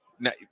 Now